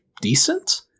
decent